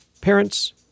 Parents